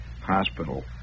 hospital